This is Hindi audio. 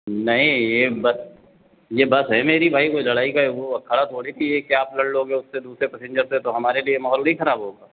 नहीं ये बस ये बस है मेरी भाई कोई लड़ाई का वो अखाड़ा थोड़े है कि आप लड़ लोगे उससे दूसरे पसिंजर से हमारे लिए माहौल नहीं खराब होगा